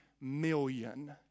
million